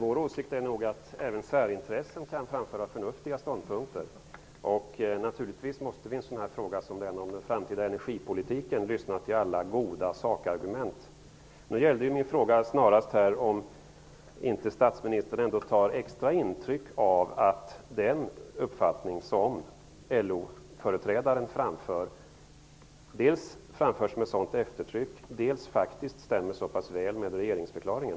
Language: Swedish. Fru talman! Visst är det vår åsikt att även särintressen kan framföra förnuftiga ståndpunkter. Naturligtvis måste vi i en fråga som den om den framtida energipolitiken lyssna till alla goda sakargument. Nu gällde min fråga snarast om inte statsministern tar extra intryck av att den uppfattning som LO företrädaren framför dels framförs med sådant eftertryck, dels faktiskt stämmer så pass väl med regeringsförklaringen.